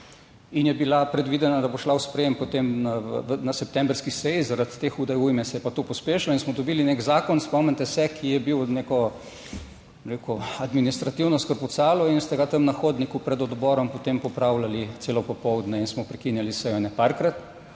In je bila predvidena da bo šla v sprejem, potem na septembrski seji, zaradi te hude ujme se je pa to pospešilo in smo dobili nek zakon, spomnite se, ki je bil neko bi rekel, administrativno skrpucalo in ste ga tam na hodniku pred odborom, potem popravljali celo popoldne in smo prekinjali sejo ene parkrat,